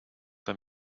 der